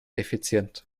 effizient